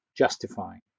justifying